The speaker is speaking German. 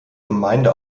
gemeinde